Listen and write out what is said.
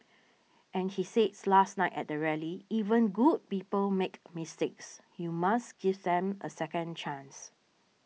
and he says last night at the rally even good people make mistakes you must give them a second chance